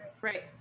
Right